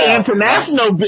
international